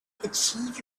achieve